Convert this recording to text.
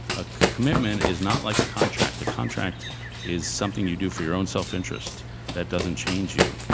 a commitment is not like a contract. the contract is something you do for your own self-interest that doesn't change you.